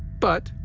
but,